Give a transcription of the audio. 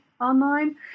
online